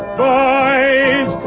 boys